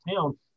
town